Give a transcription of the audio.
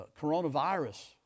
coronavirus